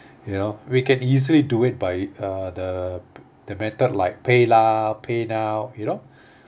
you know we can easily do it by uh the the method like paylah paynow you know